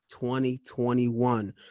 2021